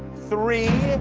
three,